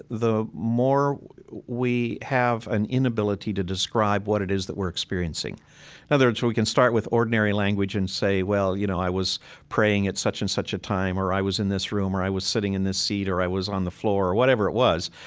the more we have an inability to describe what it is that we're experiencing. in other words, we can start with ordinary language and say, well, you know, i was praying at such and such a time or i was in this room or i was sitting in this seat or i was on the floor or whatever it was,